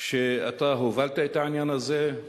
שאתה הובלת את העניין הזה,